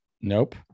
Nope